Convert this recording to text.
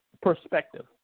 perspective